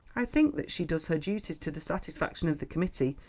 i think that she does her duties to the satisfaction of the committee,